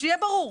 שיהיה ברור.